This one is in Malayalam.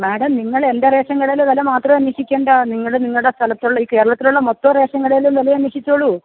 മാഡം നിങ്ങൾ എൻ്റെ റേഷൻ കടയിലെ വില മാത്രം അന്വേഷിക്കേണ്ട നിങ്ങൾ നിങ്ങളുടെ സ്ഥലത്തുള്ള ഈ കേരളത്തിലുള്ള മൊത്തം റേഷൻ കടയുടെയും വില അന്വേഷിച്ചോളൂ